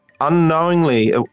unknowingly